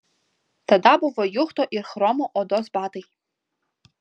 tada buvo juchto ir chromo odos batai